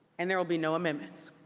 and there will be no amendments.